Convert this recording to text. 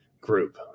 group